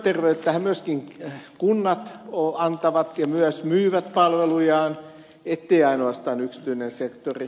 työterveyshuoltoahan myöskin kunnat antavat ja ne myös myyvät palvelujaan ei ainoastaan yksityinen sektori